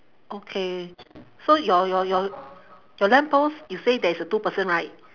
okay so your your your your lamp post you say there is a two person right